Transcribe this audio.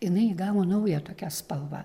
jinai įgavo naują tokią spalvą